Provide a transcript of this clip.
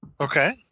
Okay